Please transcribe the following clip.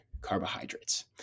carbohydrates